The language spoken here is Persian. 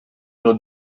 نوع